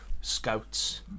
scouts